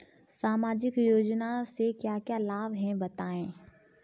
सामाजिक योजना से क्या क्या लाभ हैं बताएँ?